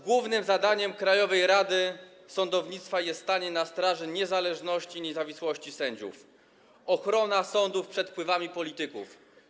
Głównym zadaniem Krajowej Rady Sądownictwa jest stanie na straży niezależności i niezawisłości sędziów, ochrona sądów przed wpływami polityków.